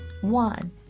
One